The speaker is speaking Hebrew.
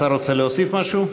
השר רוצה להוסיף משהו?